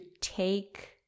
take